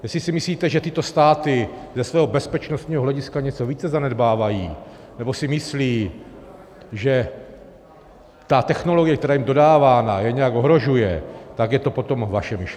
Jestli si myslíte, že tyto státy ze svého bezpečnostního hlediska něco více zanedbávají nebo si myslí, že ta technologie, která je jim dodávána, je nějak ohrožuje, tak je to potom vaše myšlení.